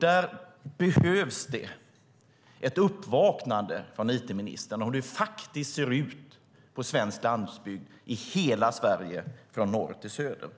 Det behövs ett uppvaknande från it-ministern när det gäller hur det faktiskt ser ut på svensk landsbygd i hela Sverige, från norr till söder.